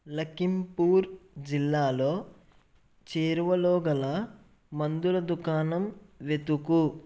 లఖింపూర్ జిల్లాలో చేరువలోగల మందుల దుకాణం వెతుకు